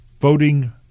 voting